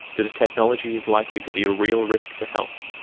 that a technology is likely to be a real risk to health,